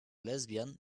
lesbian